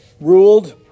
ruled